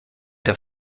der